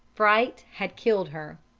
fright had killed her!